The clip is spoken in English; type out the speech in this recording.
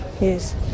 Yes